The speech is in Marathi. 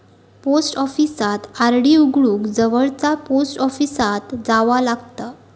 पोस्ट ऑफिसात आर.डी उघडूक जवळचा पोस्ट ऑफिसात जावा लागता